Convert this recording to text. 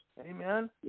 Amen